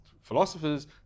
philosophers